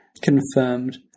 confirmed